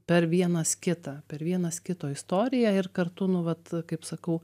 per vienas kitą per vienas kito istoriją ir kartu nu vat kaip sakau